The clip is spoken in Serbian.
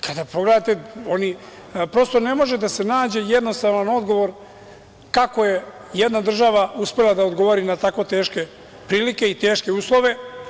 Kada pogledate, prosto ne može da se nađe jednostavan odgovor kako je jedna država uspela da odgovori na tako teške prilike i teške uslove.